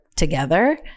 together